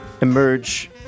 emerge